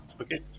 Okay